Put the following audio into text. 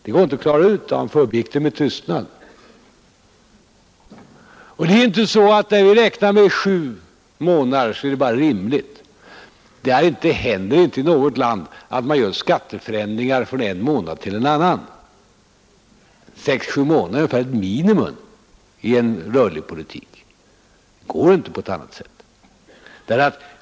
Det går inte att klara ut, och han förbigick det med tystnad. När vi räknar med sju månader, är det bara rimligt. Det händer inte i något land att man gör skatteförändringar från en månad till en annan. Sex—-sju månader är ungefär ett minimum i en rörlig politik — det går inte på något annat sätt.